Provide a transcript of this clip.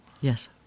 yes